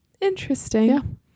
Interesting